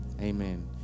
Amen